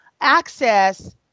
access